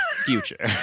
Future